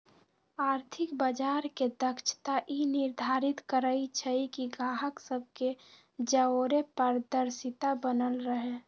आर्थिक बजार के दक्षता ई निर्धारित करइ छइ कि गाहक सभ के जओरे पारदर्शिता बनल रहे